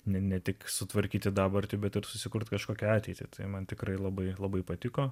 ne tik sutvarkyti dabartį bet ir susikurti kažkokią ateitį tai man tikrai labai labai patiko